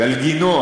גלגינוע